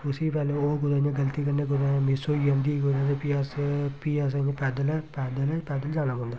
उसी पैह्ले कुदै ओह् कुदै इ'यां गलती कन्नै कुतै मिस होई जंदी कुतै ते फ्ही अस फ्ही अस इ'यां पैदल गै पैदल पैदल जाना पौंदा